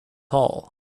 all